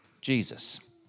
Jesus